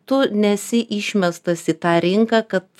tu nesi išmestas į tą rinką kad